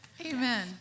Amen